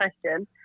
question